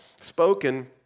spoken